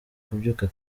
kubyuka